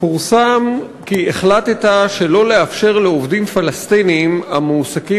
פורסם כי החלטת שלא לאפשר לעובדים פלסטינים המועסקים